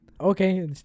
okay